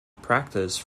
practiced